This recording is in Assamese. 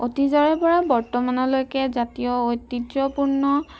অতীজৰে পৰা বৰ্তমানলৈকে জাতীয় ঐতিহ্যপূৰ্ণ